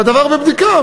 והדבר בבדיקה.